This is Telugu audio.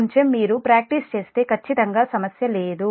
కొంచెం మీరు ప్రాక్టీస్ చేస్తే ఖచ్చితంగా సమస్య లేదు